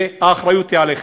והאחריות היא עליכם.